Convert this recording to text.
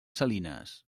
salinas